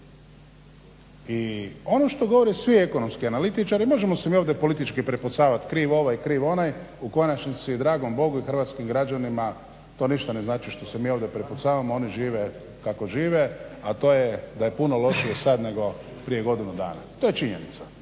I ono što govore svi ekonomski analitičari, možemo se mi ovdje politički prepucavati kriv ovaj, kriv onaj u konačnici dragom Bogu i hrvatskim građanima to ništa ne znači što se mi ovdje prepucavamo oni žive kako žive, a to je da je puno lošije sad nego prije godinu dana. I to je činjenica